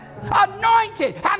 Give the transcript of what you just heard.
anointed